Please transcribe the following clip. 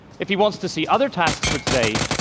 if he wants to see other tasks for today,